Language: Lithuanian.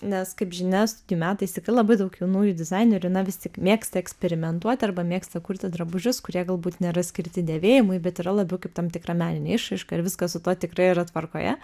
nes kaip žinia studijų metais tikrai labai daug jaunųjų dizainerių na vis tik mėgsta eksperimentuot arba mėgsta kurti drabužius kurie galbūt nėra skirti dėvėjimui bet yra labiau kaip tam tikra meninė išraiška ir viskas su tuo tikrai yra tvarkoje